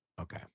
Okay